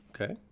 Okay